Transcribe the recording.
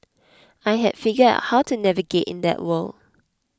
I had figured out how to navigate in that world